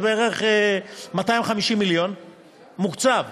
בערך 250 מיליון מוקצבים